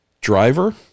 driver